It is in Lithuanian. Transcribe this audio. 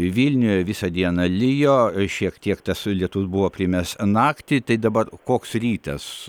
vilniuje visą dieną lijo šiek tiek tas lietus buvo aprimęs naktį tai dabar koks rytas